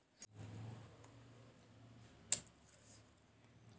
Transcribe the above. ತೊಗ್ರಿ ಹುಳ ಹೊಡಿಬೇಕಂದ್ರ ಯಾವ್ ಎಣ್ಣಿ ಹೊಡಿಬೇಕು?